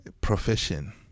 profession